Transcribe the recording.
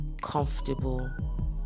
comfortable